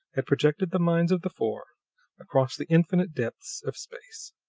had projected the minds of the four across the infinite depths of space.